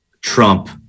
Trump